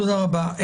תודה רבה.